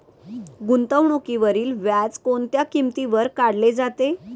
गुंतवणुकीवरील व्याज कोणत्या किमतीवर काढले जाते?